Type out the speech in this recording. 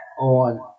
on